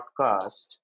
podcast